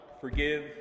forgive